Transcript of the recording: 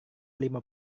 lima